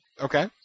Okay